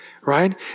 right